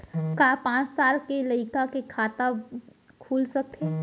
का पाँच साल के लइका के खाता खुल सकथे?